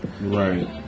right